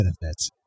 benefits